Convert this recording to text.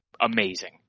amazing